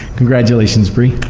congratulations, bree.